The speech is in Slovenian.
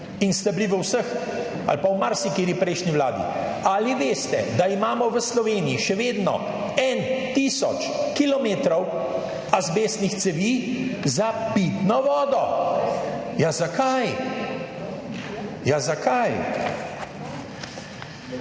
in ste bili v vseh ali pa v marsikateri prejšnji vladi. Ali veste, da imamo v Sloveniji še vedno 1 tisoč kilometrov azbestnih cevi za pitno vodo. Ja, zakaj? Ja zakaj?